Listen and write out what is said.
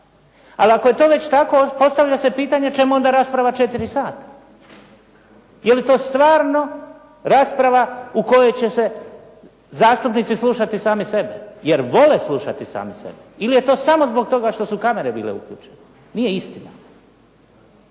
Ali ako je to već tako, postavlja se pitanje čemu onda rasprava četiri sata? Je li to stvarno rasprava u kojoj će se zastupnici slušati sami sebe, jer vole slušati sami sebe ili je to samo zbog toga što su kamere bile uključene. Nije istina.